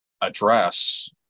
address